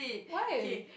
why